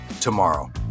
tomorrow